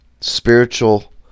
spiritual